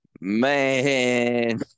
man